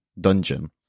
dungeon